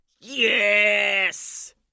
yes